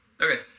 Okay